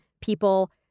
people